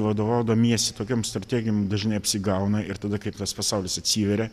vadovaudamiesi tokiom strategijom dažnai apsigauna ir tada kaip tas pasaulis atsiveria